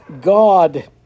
God